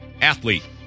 athlete